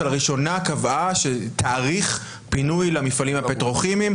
שלראשונה קבעה תאריך פינוי למפעלים הפטרוכימיים.